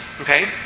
Okay